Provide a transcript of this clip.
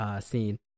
scene